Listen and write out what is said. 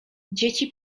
dzieci